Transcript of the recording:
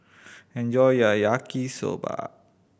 enjoy your Yaki Soba